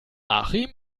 achim